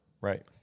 right